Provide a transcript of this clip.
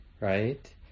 right